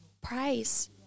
price